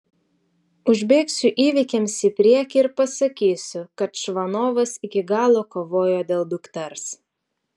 užbėgsiu įvykiams į priekį ir pasakysiu kad čvanovas iki galo kovojo dėl dukters